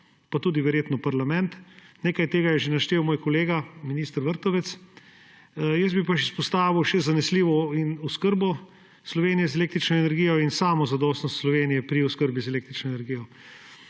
pa verjetno tudi parlament. Nekaj tega je že naštel moj kolega minister Vrtovec, jaz bi pa izpostavil še zanesljivo oskrbo Slovenije z električno energijo in samozadostnost Slovenije pri oskrbi z električno energijo.